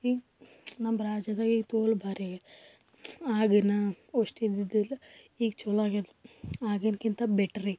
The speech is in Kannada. ಈಗ ನಮ್ಮ ರಾಜ್ಯದಾಗ ಈ ತೋಲ್ ಭಾರಿ ಆಗಿನ್ನೂ ಅಷ್ಟಿದ್ದಿದ್ದಿಲ್ಲ ಈಗ ಚಲೋ ಆಗಿದೆ ಆಗಿನಕಿಂತ ಬೆಟ್ರೆ